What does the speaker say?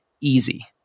easy